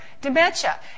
dementia